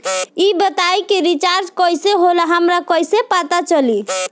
ई बताई कि रिचार्ज कइसे होला हमरा कइसे पता चली?